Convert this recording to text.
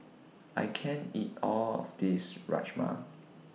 I can't eat All of This Rajma